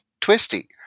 twisty